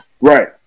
Right